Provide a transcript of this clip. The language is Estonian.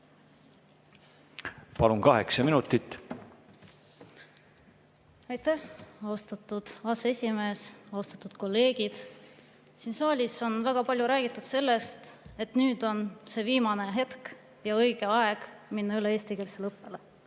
Palun, kaheksa minutit! Aitäh, austatud aseesimees! Austatud kolleegid! Siin saalis on väga palju räägitud sellest, et nüüd on see viimane hetk ja õige aeg minna üle eestikeelsele õppele.